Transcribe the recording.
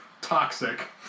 toxic